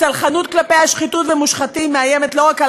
הסלחנות כלפי השחיתות ומושחתים מאיימת לא רק על